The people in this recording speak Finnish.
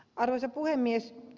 arvoisa puhemies